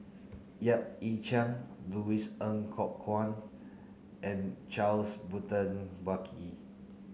Yap Ee Chian Louis Ng Kok Kwang and Charles Burton Buckley